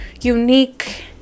unique